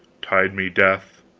tide me death,